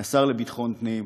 מהשר לביטחון הפנים,